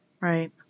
Right